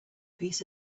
peace